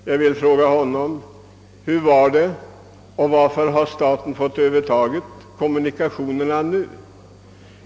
Jag vill fråga honom: Hur var det förut och varför har statens järnvägar fått överta kommunikationerna?